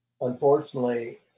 Unfortunately